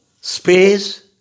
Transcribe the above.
space